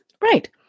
right